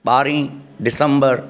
ॿारहीं डिसंबर